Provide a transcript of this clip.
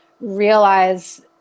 realize